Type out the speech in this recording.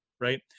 right